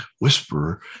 Whisperer